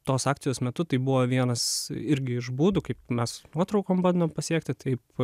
tos akcijos metu tai buvo vienas irgi iš būdų kaip mes nuotraukom bando pasiekti taip